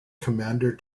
commander